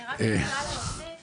אני רק רוצה להוסיף,